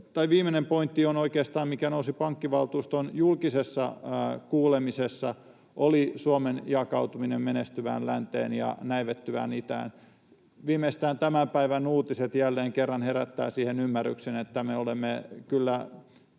viimeinen pointti, mikä nousi pankkivaltuuston julkisessa kuulemisessa, oli Suomen jakautuminen menestyvään länteen ja näivettyvään itään. Viimeistään tämän päivän uutiset jälleen kerran herättävät siihen ymmärrykseen, että me olemme kyllä